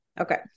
Okay